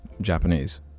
Japanese